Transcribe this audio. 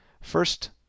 First